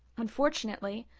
unfortunately,